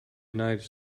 united